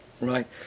Right